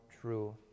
true